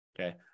Okay